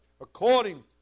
according